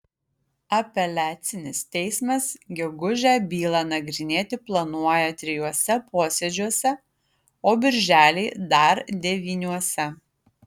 apeliacinis teismas gegužę bylą nagrinėti planuoja trijuose posėdžiuose o birželį dar devyniuose